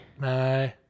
No